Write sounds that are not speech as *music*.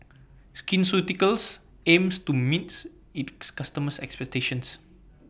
Skin Ceuticals aims to meets IT *noise* customers' expectations